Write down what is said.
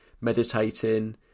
meditating